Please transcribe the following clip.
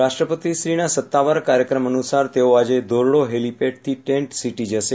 રાષ્ટ્રપતિશ્રીના સત્તાવાર કાર્યક્રમ અનુસાર તેઓ આજે ધોરડો હેલીપેડથી ટેન્ટ સિટી જશે